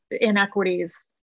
inequities